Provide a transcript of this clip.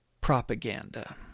propaganda